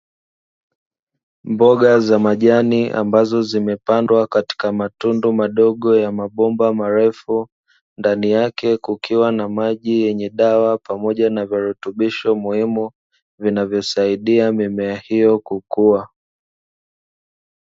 Mboga za majani ambazo zimepandwa katika matundu madogo ya mabomba marefu; ndani yake kukiwa na maji yenye dawa pamoja na virutubisho muhimu, vinavyosaidia mimea hiyo kukua.